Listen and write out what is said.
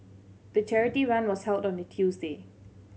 the charity run was held on a Tuesday